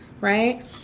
right